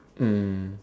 mm